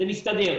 זה מסתדר.